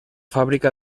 fábrica